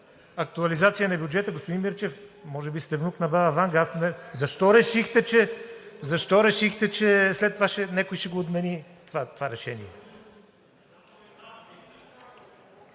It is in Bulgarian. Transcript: актуализация на бюджета, господин Мирчев – може би сте внук на баба Ванга, защо решихте, че след това някой ще отмени това решение?